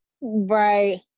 Right